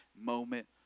moment